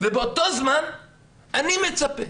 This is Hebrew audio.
ובאותו זמן אני מצפה